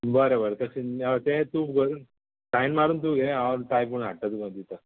बरें बरें तशें तें तूं करून सायन मारून तूं घे हांव टायप करून हाडटा तुका दिता